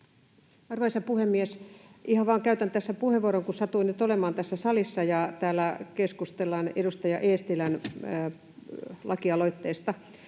Arvoisa puhemies! Ihan vaan käytän tässä puheenvuoron, kun satuin nyt olemaan tässä salissa ja täällä keskustellaan edustaja Eestilän lakialoitteesta.